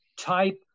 type